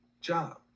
job